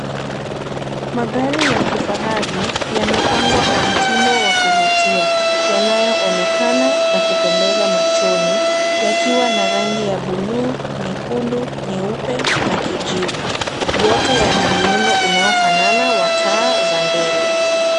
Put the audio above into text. Magari ya kifahari, yamepangwa kwa mtindo wa kuvutia, yanayoonekana na kupendeza machoni yakiwa na rangi ya buluu, nyekundu, nyeupe na kijivu yote yana miundo unaofanana wa taa za mbele.